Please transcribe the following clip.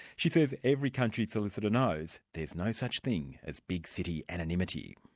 she says every country solicitor knows there's no such thing as big city anonymity.